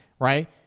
right